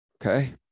Okay